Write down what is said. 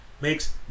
makes